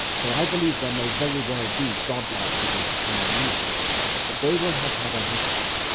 so i believe there may very well be god-like beings in the universe but they will have had a history,